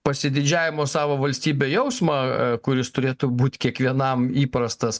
pasididžiavimo savo valstybe jausmą kuris turėtų būt kiekvienam įprastas